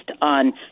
on